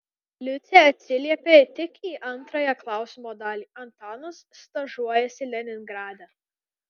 liucė atsiliepė tik į antrąją klausimo dalį antanas stažuojasi leningrade